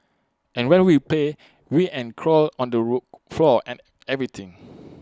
and when we play we and crawl on the roof floor and everything